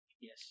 Yes